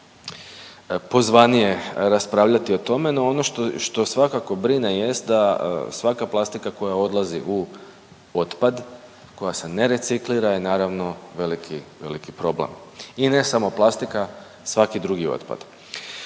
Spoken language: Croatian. pozvanije raspravljati o tome. No ono što svakako brine jest da svaka plastika koja odlazi u otpad, koja se ne reciklira je naravno veliki, veliki problem i ne samo plastika, svaki drugi otpad.